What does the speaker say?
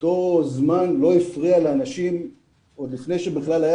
אותו זמן לא הפריע לאנשים עוד לפני שבכלל היה